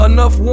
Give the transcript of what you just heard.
Enough